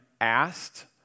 asked